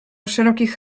szerokich